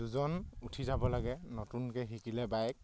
দুজন উঠি যাব লাগে নতুনকৈ শিকিলে বাইক